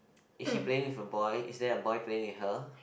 is she playing with a boy is there a boy playing with her